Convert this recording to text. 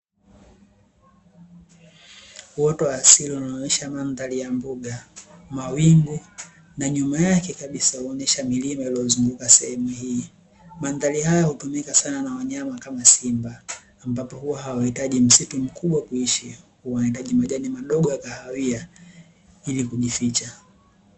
Uoto wa asili unaoonyesha mandhari ya mbuga, mawingu na nyuma yake kabisa huonesha milima iliyozunguka sehemu hii. Mandhari haya hutumika sana na wanyama kama simba, ambapo huwa hawahitaji msitu mkubwa kuishi, wanahitaji majani madogo ya hawia ili kujificha.